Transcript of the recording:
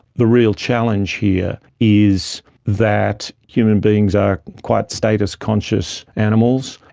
the real challenge here is that human beings are quite status conscious animals,